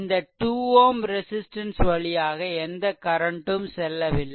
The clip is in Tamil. இந்த 2 Ω ரெசிஸ்ட்டன்ஸ் வழியாக எந்த கரன்ட் ம் செல்லவில்லை